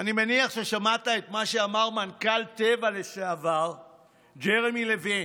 אני מניח ששמעת את מה שאמר מנכ"ל טבע לשעבר ג'רמי לוין.